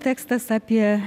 tekstas apie